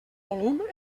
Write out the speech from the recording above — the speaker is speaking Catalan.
volum